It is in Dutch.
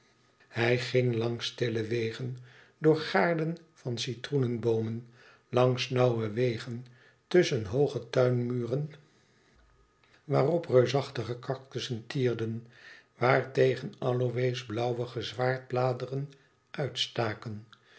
hij ging langs stille wegen door gaarden van citroenenboomen langs nauwe wegen tusschen hooge tuinmuren waarop reusachtige cactussen tierden waartegen aloës blauwige zwaard bladeren uitstaken